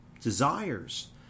desires